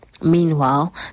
Meanwhile